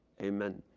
amen.